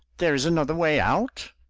there is another way out?